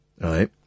right